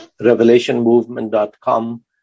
revelationmovement.com